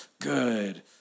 good